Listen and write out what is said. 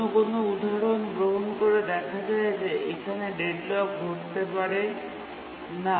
অন্য কোনও উদাহরণ গ্রহণ করে দেখা যায় যে এখানে ডেডলক ঘটতে পারে না